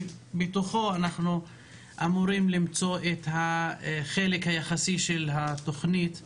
שמתוכו אנחנו אמורים למצוא את החלק היחסי של תוכנית החומש.